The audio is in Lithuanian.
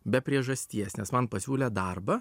be priežasties nes man pasiūlė darbą